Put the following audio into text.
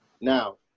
Now